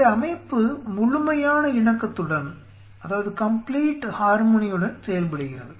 இந்த அமைப்பு முழுமையான இணக்கத்துடன் செயல்படுகிறது